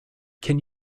can